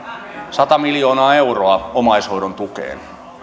sata miljoonaa euroa omaishoidon tukeen